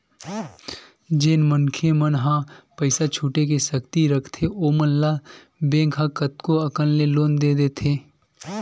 जेन मनखे मन ह पइसा छुटे के सक्ति रखथे ओमन ल बेंक ह कतको अकन ले लोन दे देथे